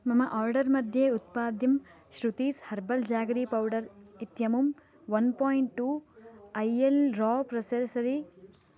मम आर्डर् मध्ये उत्पाद्यं श्रुतीस् हर्बल् जागरी पौडर् इत्यमुं वन् पायिण्ट् टु ऐ एल् रा प्रोसेसरि